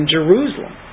Jerusalem